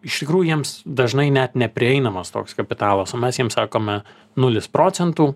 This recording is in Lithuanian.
iš tikrųjų jiems dažnai net neprieinamas toks kapitalas o mes jiems sakome nulis procentų